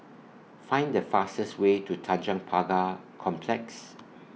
Find The fastest Way to Tanjong Pagar Complex